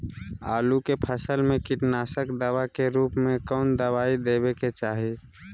आलू के फसल में कीटनाशक दवा के रूप में कौन दवाई देवे के चाहि?